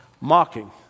Mocking